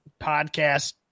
podcast